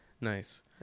Nice